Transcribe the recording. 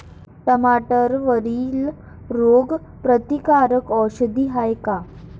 टमाट्यावरील रोग प्रतीकारक औषध हाये का?